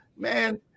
Man